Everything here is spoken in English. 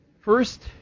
first